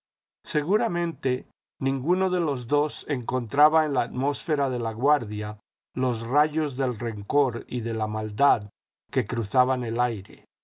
seguramente ninguno de los dos encontraba en la atmósfera de laguardia los rayos del rencor y de la maldad que cruzaban el aire